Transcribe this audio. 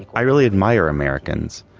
i really admire americans.